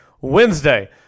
Wednesday